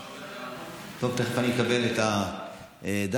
טוב, תכף אקבל את הדף.